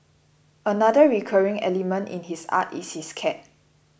another recurring element in his art is his cat